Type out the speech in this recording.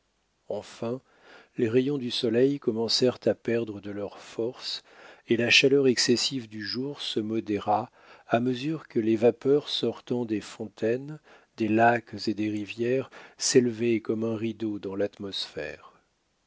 enfin les rayons du soleil commencèrent à perdre de leur force et la chaleur excessive du jour se modéra à mesure que les vapeurs sortant des fontaines des lacs et des rivières s'élevaient comme un rideau dans l'atmosphère